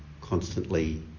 constantly